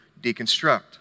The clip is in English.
deconstruct